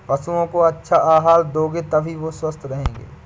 पशुओं को अच्छा आहार दोगे तभी वो स्वस्थ रहेंगे